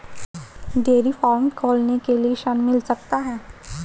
Dairy farm खोलने के लिए ऋण मिल सकता है?